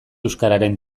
euskararen